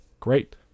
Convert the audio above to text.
great